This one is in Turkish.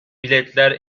biletler